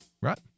Right